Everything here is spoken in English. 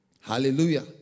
Hallelujah